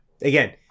Again